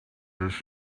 this